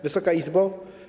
Wysoka Izbo!